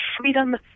freedom